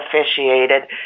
officiated